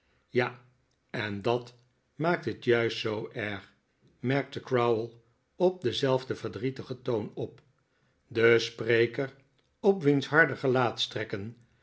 ja en dat maakt het juist zoo erg merkte crowl op denzelfden verdrietigen toon op de spreker op wiens harde